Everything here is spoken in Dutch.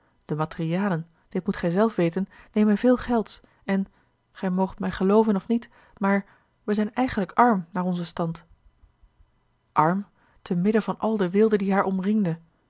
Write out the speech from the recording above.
de materialen dit moet gij zelf weten nemen veel gelds en gij moogt mij gelooven of niet maar wij zijn eigenlijk arm naar onzen stand arm te midden van al de weelde die haar omringde